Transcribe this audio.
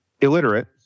illiterate